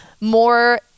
more